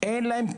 אין להן כלום,